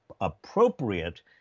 appropriate